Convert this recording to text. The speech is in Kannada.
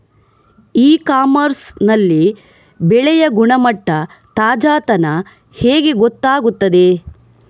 ಇ ಕಾಮರ್ಸ್ ನಲ್ಲಿ ಬೆಳೆಯ ಗುಣಮಟ್ಟ, ತಾಜಾತನ ಹೇಗೆ ಗೊತ್ತಾಗುತ್ತದೆ?